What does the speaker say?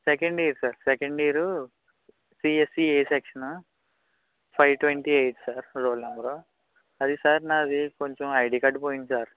second year sir second year CSE A section five twenty eight sir roll number అది sir నాది కొంచెం ID card పోయింది sir